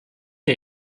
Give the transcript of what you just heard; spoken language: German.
der